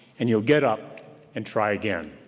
and you'll get up and try again,